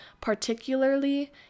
particularly